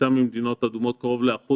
הכניסה ממדינות אדומות קרוב ל-1%